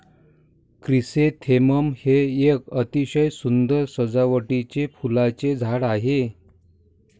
chrysanthemum हे एक अतिशय सुंदर सजावटीचे फुलांचे झाड आहे